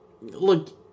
look